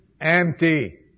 empty